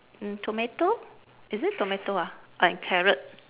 mm tomato is it tomato ah and carrot